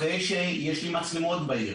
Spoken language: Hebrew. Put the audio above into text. אחרי שיש לי מצלמות בעיר